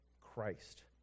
Christ